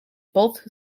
both